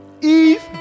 Eve